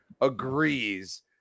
agrees